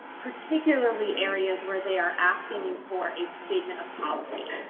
particularly areas where they are asking you for a statement of policy.